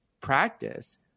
practice